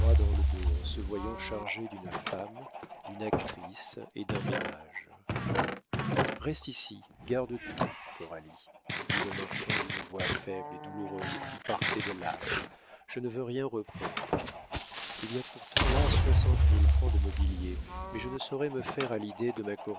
dans le dos en se voyant chargé d'une femme d'une actrice et d'un ménage reste ici garde tout coralie dit le marchand d'une voix faible et douloureuse qui partait de l'âme je ne veux rien reprendre il y a pourtant là soixante mille francs de mobilier mais je ne saurais me faire à l'idée de ma